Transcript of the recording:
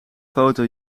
foto